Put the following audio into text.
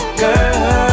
girl